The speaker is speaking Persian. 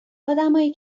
ادمایی